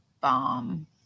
bomb